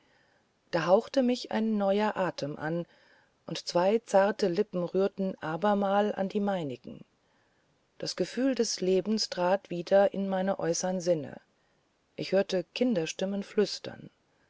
da hauchte mich ein neuer atem an und zwei zarte lippen rührten abermal an die meinigen das gefühl des lebens trat wieder in meine äußern sinne ich hörte kinderstimmen flüstern